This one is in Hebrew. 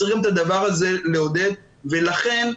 לכן,